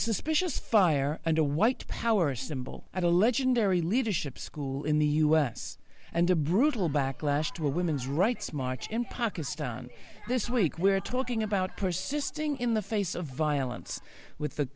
suspicious fire and a white power symbol i don't legendary leadership school in the u s and a brutal backlash to a women's rights march in pakistan this week we're talking about persisting in the face of violence with the